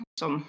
som